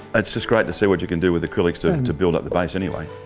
it's just great to see what you can do with acrylics to and to build up the base anyway.